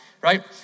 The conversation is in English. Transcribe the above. right